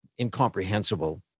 incomprehensible